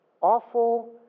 awful